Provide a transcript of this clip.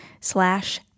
slash